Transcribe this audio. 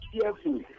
careful